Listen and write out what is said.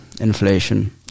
Inflation